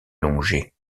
longeait